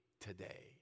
today